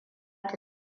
ta